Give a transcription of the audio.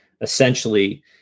essentially